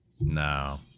No